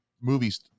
movie's